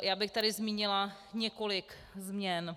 Já bych tady zmínila několik změn.